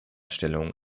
stellung